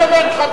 אני אומר לך,